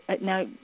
now